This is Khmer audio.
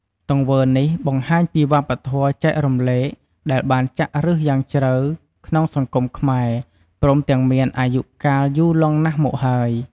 ទង្វើនេះបង្ហាញពីវប្បធម៌ចែករំលែកដែលបានចាក់ឬសយ៉ាងជ្រៅក្នុងសង្គមខ្មែរ ព្រមទាំងមានអាយុកាលយូរលង់ណាស់មកហើយ។